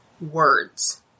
words